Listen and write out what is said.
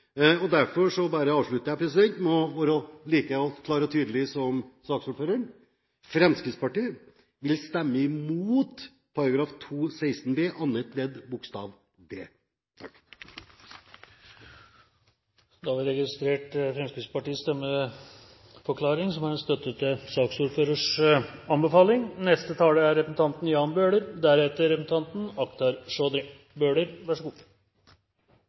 og derfor avslutter jeg bare med å være like klar og tydelig som saksordføreren: Fremskrittspartiet vil stemme mot § 216 b annet ledd bokstav d. Da har vi registrert Fremskrittspartiet stemmeforklaring, som en støtte til saksordførerens anbefaling. Jeg er